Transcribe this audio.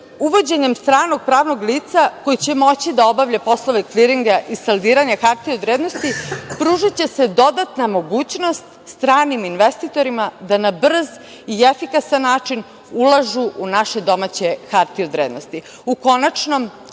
uvođenjem stranog pravnog lica koje će moći da obavlja poslove kliringa i saldiranja hartija od vrednosti, pružiće se dodatna mogućnost stranim investitorima da na brz i efikasan način ulažu u naše domaće hartije od vrednosti.U